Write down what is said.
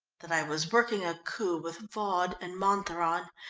that i was working a coup with vaud and montheron.